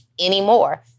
anymore